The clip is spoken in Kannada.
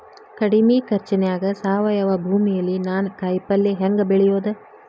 ಕಡಮಿ ಖರ್ಚನ್ಯಾಗ್ ಸಾವಯವ ಭೂಮಿಯಲ್ಲಿ ನಾನ್ ಕಾಯಿಪಲ್ಲೆ ಹೆಂಗ್ ಬೆಳಿಯೋದ್?